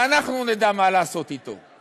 ואנחנו נדע מה לעשות אתו.